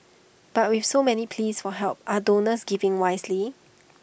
but with so many pleas for help are donors giving wisely